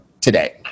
today